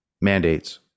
mandates